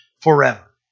forever